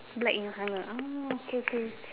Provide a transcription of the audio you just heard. black in colour ah okay okay